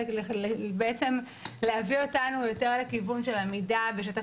ובעצם להביא אותנו לכיוון עמידה בשטח